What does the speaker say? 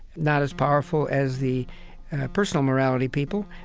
not as powerful as the personal morality people,